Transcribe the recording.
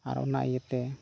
ᱟᱨ ᱚᱱᱟ ᱤᱭᱟᱹᱛᱮ